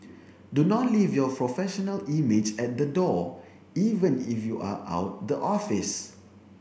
do not leave your professional image at the door even if you are out the office